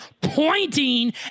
pointing